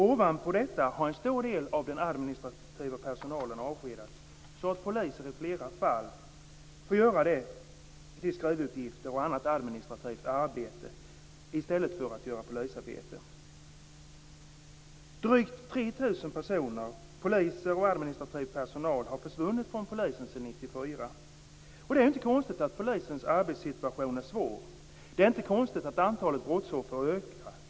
Ovanpå detta har en stor del av den administrativa personalen avskedats så att polisen i flera fall får göra skrivuppgifter och annat administrativt arbete i stället för att göra polisarbete. Drygt 3 000 personer, poliser och administrativ personal, har försvunnit från polisen sedan 1994. Det är inte konstigt att polisens arbetssituation är svår. Det är inte konstigt att antalet brottsoffer ökar.